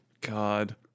God